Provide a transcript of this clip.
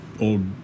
old